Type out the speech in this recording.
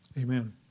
Amen